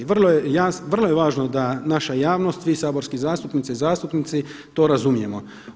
Vrlo je važno da naša javnost, vi saborske zastupnice i zastupnici to razumijemo.